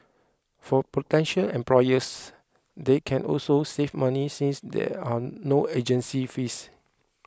for potential employers they can also save money since there are no agency fees